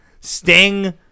Sting